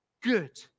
good